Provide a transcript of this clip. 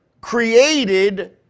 created